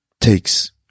takes